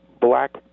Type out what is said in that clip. black